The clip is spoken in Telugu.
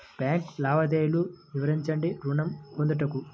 బ్యాంకు లావాదేవీలు వివరించండి ఋణము పొందుటకు?